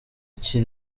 iki